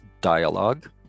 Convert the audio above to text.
dialogue